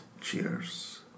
Cheers